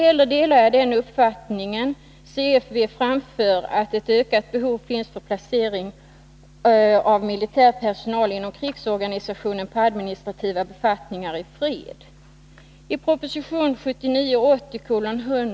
Jag delar inte den uppfattning CFV framför, att det finns ett ökat behov av placering av militär personal inom krigsorganisationen på administrativa befattningar i fred.